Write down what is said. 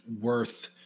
worth